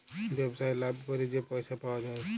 ব্যবসায় লাভ ক্যইরে যে পইসা পাউয়া যায়